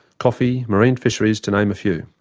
coffee, marine fisheries to name a few.